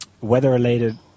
Weather-related